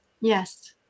Yes